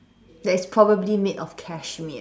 that is probably made of cashmere